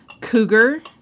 Cougar